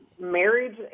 marriage